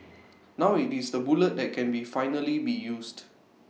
now IT is the bullet that can be finally be used